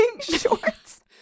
shorts